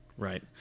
Right